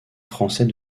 français